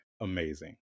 amazing